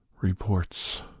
reports